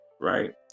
Right